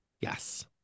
yes